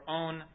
own